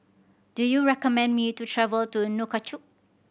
do you recommend me to travel to Nouakchott